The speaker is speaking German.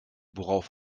worauf